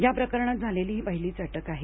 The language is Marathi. या प्रकरणात झालेली ही पहिलीच अटक आहे